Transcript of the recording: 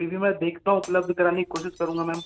फिर भी में देखता हूँ उपलब्ध कराने की कोशिश करूंगा मैंम